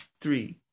three